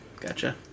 Gotcha